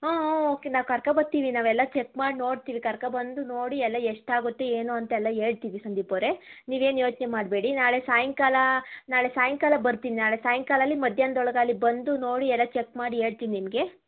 ಹ್ಞೂ ಊಂ ಓಕೆ ನಾವು ಕರ್ಕೋ ಬತ್ತೀವಿ ನಾವೆಲ್ಲ ಚೆಕ್ ಮಾಡಿ ನೋಡ್ತೀವಿ ಕರ್ಕೋ ಬಂದು ನೋಡಿ ಎಲ್ಲ ಎಷ್ಟು ಆಗುತ್ತೆ ಏನು ಅಂತೆಲ್ಲ ಹೇಳ್ತೀವಿ ಸಂದೀಪ್ ಅವರೇ ನೀವೇನು ಯೋಚನೆ ಮಾಡಬೇಡಿ ನಾಳೆ ಸಾಯಂಕಾಲ ನಾಳೆ ಸಾಯಂಕಾಲ ಬರ್ತೀನಿ ನಾಳೆ ಸಾಯಂಕಾಲ ಆಗ್ಲಿ ಮಧ್ಯಾನ್ದೊಳಗಾಗ್ಲಿ ಬಂದು ನೋಡಿ ಎಲ್ಲ ಚೆಕ್ ಮಾಡಿ ಹೇಳ್ತೀನ್ ನಿಮಗೆ